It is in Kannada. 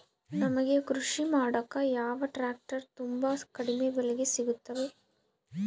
ನಮಗೆ ಕೃಷಿ ಮಾಡಾಕ ಯಾವ ಟ್ರ್ಯಾಕ್ಟರ್ ತುಂಬಾ ಕಡಿಮೆ ಬೆಲೆಗೆ ಸಿಗುತ್ತವೆ?